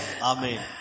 Amen